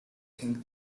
think